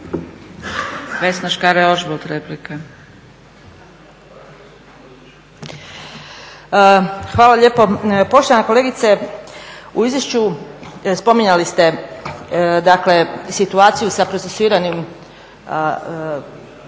Hvala lijepo. Poštovana kolegice u izvješću spominjali ste dakle situaciju sa procesuiranim slučajevima